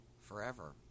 forever